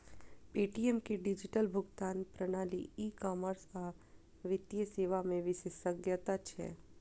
Paytm के digital भुगतान प्रणाली, ई कॉमर्स आ वित्तीय सेवा मे विशेषज्ञता छै